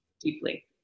deeply